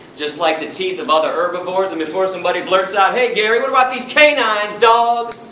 just like the teeth of other herbivores and before somebody blurts out hey gary what about these canines dog.